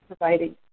providing